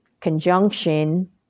conjunction